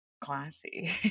classy